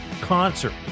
concert